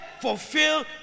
fulfill